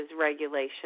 regulation